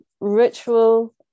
ritual